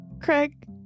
Craig